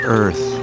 earth